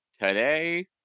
today